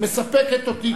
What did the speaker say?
מספקת אותי,